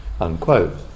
unquote